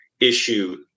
issue